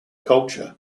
culture